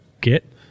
get